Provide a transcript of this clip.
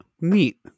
Neat